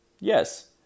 Yes